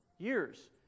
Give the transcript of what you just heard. Years